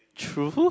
true